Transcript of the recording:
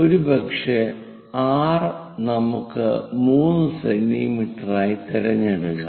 ഒരുപക്ഷേ r നമുക്ക് 3 centimetre ആയി തിരഞ്ഞെടുക്കാം